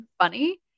funny